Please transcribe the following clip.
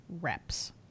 reps